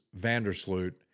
Vandersloot